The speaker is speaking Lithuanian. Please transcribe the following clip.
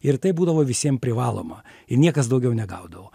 ir tai būdavo visiem privaloma ir niekas daugiau negaudavo